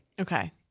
Okay